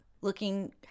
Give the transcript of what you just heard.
looking